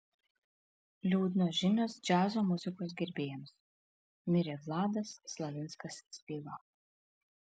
liūdnos žinios džiazo muzikos gerbėjams mirė vladas slavinskas slyva